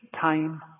time